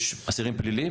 יש אסירים פליליים,